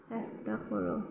চেষ্টা কৰোঁ